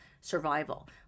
survival